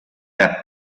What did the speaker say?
that